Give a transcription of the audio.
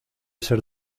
ser